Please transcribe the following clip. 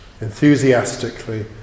enthusiastically